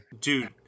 Dude